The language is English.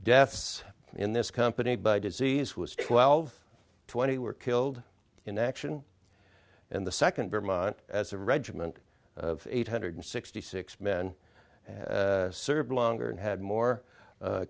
deaths in this company by disease was twelve twenty were killed in action and the second vermont as a regiment of eight hundred sixty six men and served longer and had more